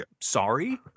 Sorry